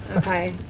okay?